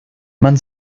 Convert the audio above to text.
man